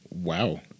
Wow